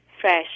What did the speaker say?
fresh